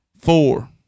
four